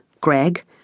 Greg